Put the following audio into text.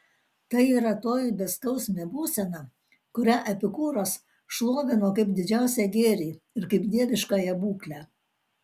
tai yra toji beskausmė būsena kurią epikūras šlovino kaip didžiausią gėrį ir kaip dieviškąją būklę